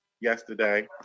yesterday